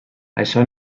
això